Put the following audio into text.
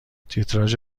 تیتراژ